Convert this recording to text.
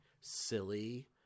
silly